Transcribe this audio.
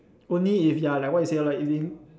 only if ya like what you say lor like if it